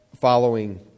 following